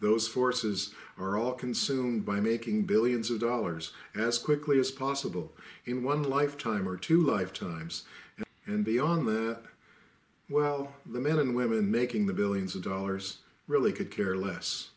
those forces are all consumed by making billions of dollars as quickly as possible in one lifetime or two lifetimes and beyond that well the men and women making the billions of dollars really could care less